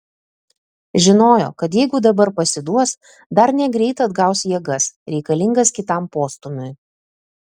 žinojo kad jeigu dabar pasiduos dar negreit atgaus jėgas reikalingas kitam postūmiui